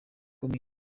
komini